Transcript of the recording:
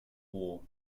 war